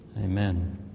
Amen